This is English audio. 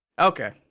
Okay